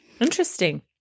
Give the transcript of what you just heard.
Interesting